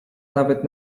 nawet